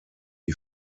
die